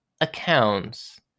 accounts